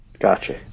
Gotcha